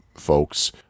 folks